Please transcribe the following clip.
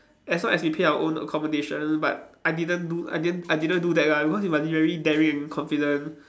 as long as we pay our own accommodation but I didn't do I didn't I didn't do that ah because you must be very daring and confident